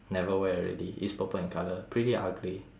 never wear already it's purple in colour pretty ugly